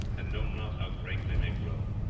and know not how great they may grow.